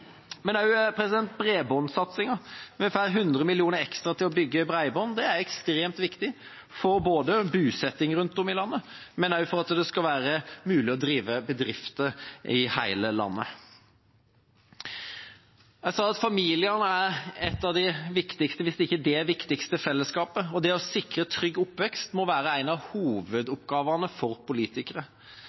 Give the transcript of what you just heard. men også for at det skal være mulig å drive bedrifter i hele landet. Jeg sa at familiene er et av de viktigste – om ikke det viktigste – fellesskapet, og det å sikre en trygg oppvekst må være en av hovedoppgavene for politikere.